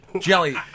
jelly